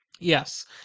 Yes